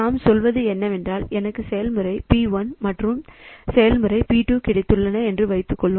நாம் சொல்வது என்னவென்றால் எனக்கு செயல்முறை P1 மற்றும் ஒரு செயல்முறை P2 கிடைத்துள்ளன என்று வைத்துக்கொள்வோம்